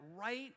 right